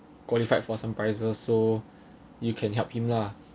qualified for some prices so you can help him lah